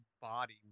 body